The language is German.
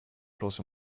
kloß